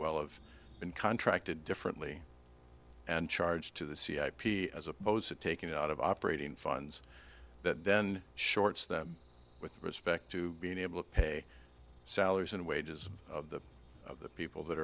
well of been contracted differently and charged to the c i p as opposed to taking out of operating funds that then shorts them with respect to being able to pay salaries and wages of the people that